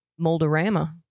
moldorama